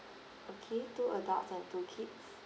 okay two adults and two kids